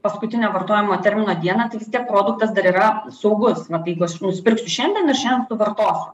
paskutinę vartojimo termino dieną tai vis tiek produktas dar yra saugus vat jeigu aš nusipirksiu šiandien ir šiandien suvartosiu